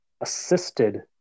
assisted